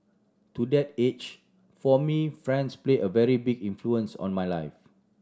to that age for me friends played a very big influence on my life